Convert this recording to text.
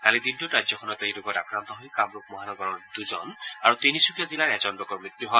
কালিৰ দিনটোত ৰাজ্যখনত এই ৰোগত আক্ৰান্ত হৈ কামৰূপ মহানগৰৰ দুজন আৰু তিনিচুকীয়া জিলাৰ এজন লোকৰ মৃত্যু হয়